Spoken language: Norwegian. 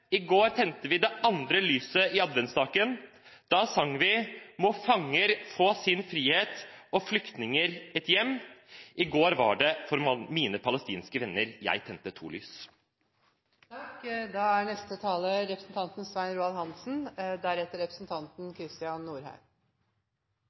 I går tente vi det andre lyset i adventsstaken. Da sang vi: «Må fanger få sin frihet og flyktninger et hjem». I går var det for mine palestinske venner jeg tente to lys. Det mest slående ved den nye regjeringens plattform på utenriksområdet er